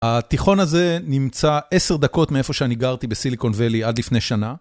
התיכון הזה נמצא 10 דקות מאיפה שאני גרתי בסיליקון וואלי עד לפני שנה.